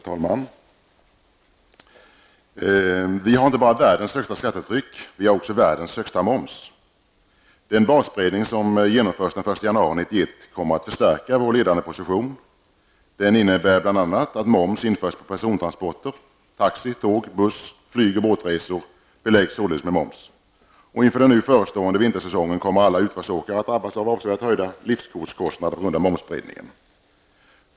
Herr talman! Vi har inte bara världens högsta skattetryck. Vi har också världens högsta moms. 1991 kommer att förstärka vår ledande position. Den innebär bl.a. att moms införs på persontransporter. Taxi-, tåg-, buss-, flyg och båtresor beläggs således med moms. Inför den nu förestående vintersäsongen kommer alla utförsåkare att drabbas av avsevärt höjda liftkortskostnader på grund av momsbreddningen.